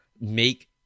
make